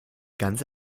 ganz